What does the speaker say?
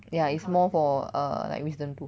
ya it's more for err like wisdom tooth